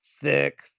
thick